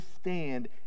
stand